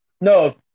No